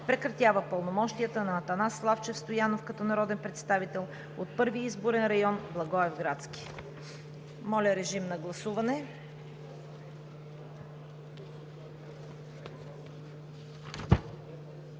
Прекратява пълномощията на Атанас Славчев Стоянов като народен представител от Първи изборен район – Благоевградски.“ Моля, режим на гласуване.